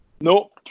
no